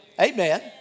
Amen